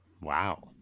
Wow